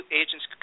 agents